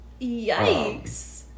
yikes